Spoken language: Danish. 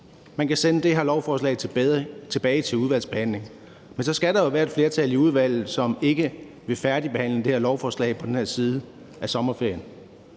Man kan sende det her lovforslag tilbage til udvalgsbehandling, men så skal der være et flertal i udvalget, som ikke vil færdigbehandle det her lovforslag på den her side af sommerferien.